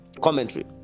Commentary